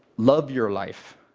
love your life.